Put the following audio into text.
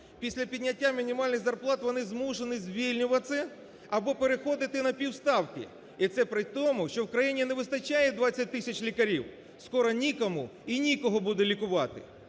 Після підняття мінімальних зарплат вони змушені звільнюватися або переходити на півставки і це при тому, що в Україні не вистачає 20 тисяч лікарів, скоро нікому і нікого буде лікувати,